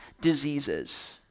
diseases